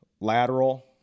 lateral